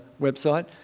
website